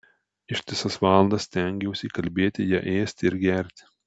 ištisas valandas stengiausi įkalbėti ją ėsti ir gerti